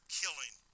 killing